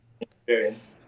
experience